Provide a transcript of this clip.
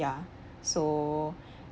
ya so